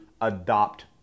adopt